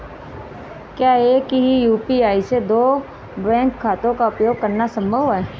क्या एक ही यू.पी.आई से दो बैंक खातों का उपयोग करना संभव है?